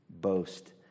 Boast